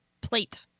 plate